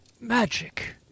magic